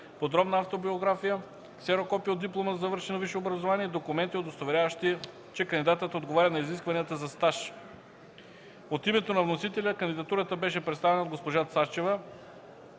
подробна автобиография; - ксерокопие от диплома за завършено висше образование; - документи, удостоверяващи, че кандидатът отговаря на изискванията за стаж. От името на вносителя кандидатурата беше представена от госпожа Цачева.